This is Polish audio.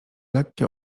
lekkie